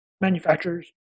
manufacturers